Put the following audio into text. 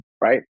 right